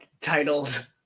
titled